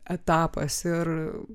etapas ir